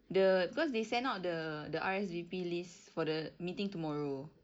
the because they send out the the R_S_V_P list for the meeting tomorrow